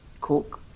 cook